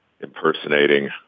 impersonating